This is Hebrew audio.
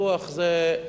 פיתוח זה,